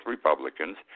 Republicans